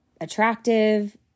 attractive